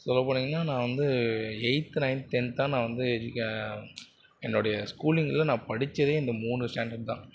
சொல்ல போனிங்கன்னால் நான் வந்து எயித் நைன்த் டென்த் தான் நான் வந்து என்னுடைய ஸ்கூலிங்கில் நான் படித்ததே இந்த மூணு ஸ்டாண்டர்ட் தான்